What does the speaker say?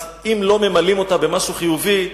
אם לא ממלאים אותה במשהו חיובי,